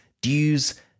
dues